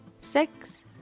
six